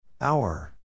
Hour